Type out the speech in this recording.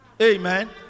Amen